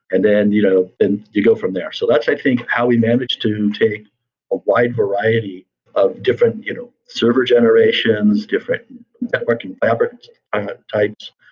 and then you know and you go from there. so that's i think how we managed to take a wide variety of different you know server generations, different networking fabric types,